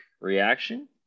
reaction